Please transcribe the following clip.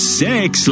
sex